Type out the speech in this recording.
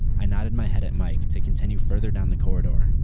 i nodded my head at mike to continue further down the corridor,